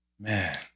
Man